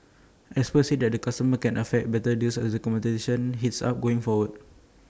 experts said that consumers can expect better deals as the competition heats up going forward